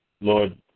Lord